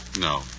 No